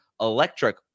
electric